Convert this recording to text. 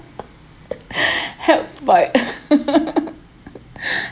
helped by